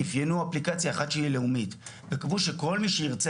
אפיינו אפליקציה אחת שהיא לאומית וקבעו שכל מי שירצה